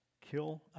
Kill